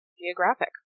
geographic